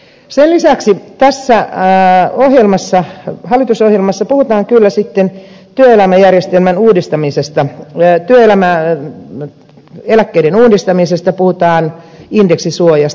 sen lisäksi tässä hallitusohjelmassa puhutaan kyllä työelämäjärjestelmän uudistamisesta työeläkkeiden uudistamisesta puhutaan ja indeksisuojasta